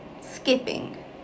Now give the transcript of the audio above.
Skipping